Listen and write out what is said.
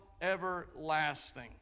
everlasting